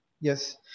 Yes